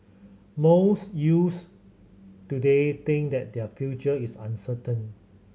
most youths today think that their future is uncertain